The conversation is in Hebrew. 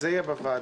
זה יהיה בוועדה.